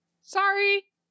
Sorry